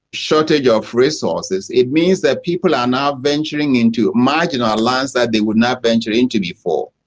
shortage of resources, it means that people are now venturing into marginal lands that they would not venture into before.